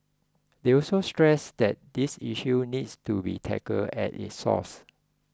they also stressed that this issue needs to be tackled at its source